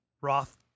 Roth